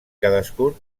cadascun